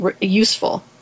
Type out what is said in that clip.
useful